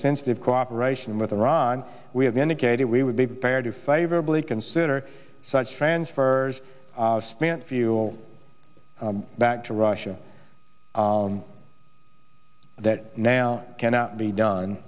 sensitive cooperation with iran we have indicated we would be prepared to favorably consider such transfers of spent fuel back to russia that now cannot be done